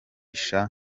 shaban